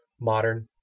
modern